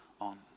on